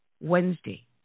Wednesday